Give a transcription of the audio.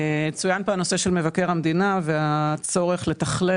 צוין כאן הנושא של מבקר המדינה והצורך לתכלל